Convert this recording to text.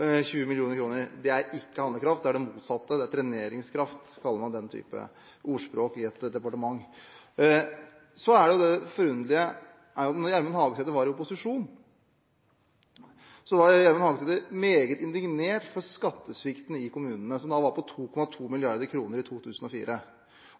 20 mill. kr er ikke handlekraft, men det motsatte. Treneringskraft kaller man denne type ordbruk i et departement. Det forunderlige er at da Gjermund Hagesæter var i opposisjon, var han meget indignert over skattesvikten i kommunene, som da var på 2,2 mrd. kr i 2004.